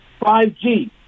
5G